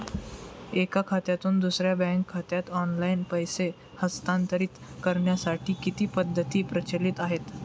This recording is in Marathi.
एका खात्यातून दुसऱ्या बँक खात्यात ऑनलाइन पैसे हस्तांतरित करण्यासाठी किती पद्धती प्रचलित आहेत?